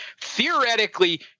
Theoretically